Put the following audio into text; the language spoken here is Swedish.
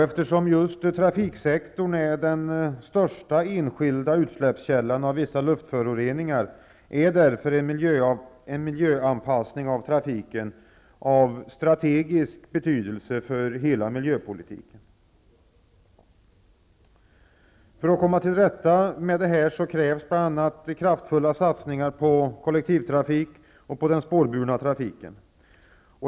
Eftersom just trafiksektorn är den största enskilda utsläppskällan av vissa luftföroreningar, är därför en miljöanpassning av trafiken av strategisk betydelse för hela miljöpolitiken. För att komma till rätta med detta krävs bl.a. kraftfulla satsningar på kollektivtrafik och den spårburna trafiken.